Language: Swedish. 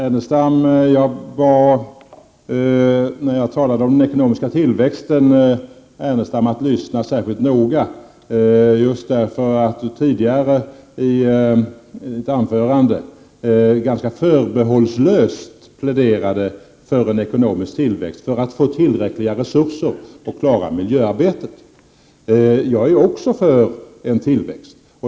Herr talman! När jag talade om den ekonomiska tillväxten bad jag Lars Ernestam att lyssna särskilt noga, just därför att han i sitt anförande tidigare ganska förbehållslöst pläderat för en ekonomisk tillväxt för att få tillräckliga resurser att klara miljöarbetet. Jag är också för en tillväxt.